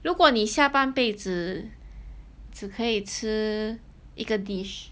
如果你下半辈子只可以吃一个 dish